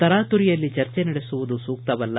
ತರಾತುರಿಯಲ್ಲಿ ಚರ್ಚೆ ನಡೆಸುವುದು ಸೂಕ್ತವಲ್ಲ